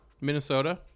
Minnesota